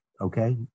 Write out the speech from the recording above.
okay